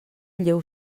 lleu